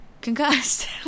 concussed